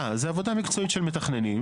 זה עבודה מקצועית של מתכננים.